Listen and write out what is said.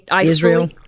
Israel